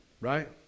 right